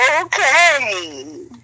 Okay